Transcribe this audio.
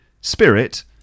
Spirit